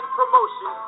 promotion